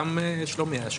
גם שלומי היה שם.